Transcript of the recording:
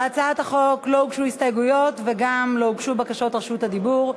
להצעת החוק לא הוגשו הסתייגויות וגם לא הוגשו בקשות רשות דיבור,